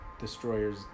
destroyers